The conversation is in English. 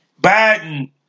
Biden